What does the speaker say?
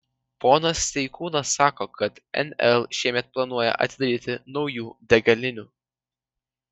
ponas steikūnas sako kad nl šiemet planuoja atidaryti naujų degalinių